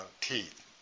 teeth